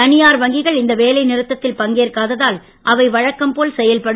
தனியார் வங்கிகள் இந்த வேலை நிறுத்தத்தில் பங்கேற்காததால் அவை வழக்கம் போல் செயல்படும்